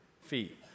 feet